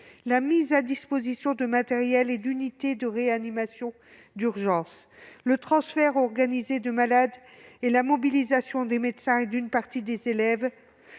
la mise à disposition de matériel et d'unités de réanimation d'urgence, le transfert organisé de malades ou encore la mobilisation des médecins, d'une partie des élèves